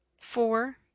four